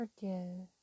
forgive